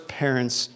parents